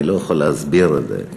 אני לא יכול להסביר את זה,